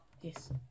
Yes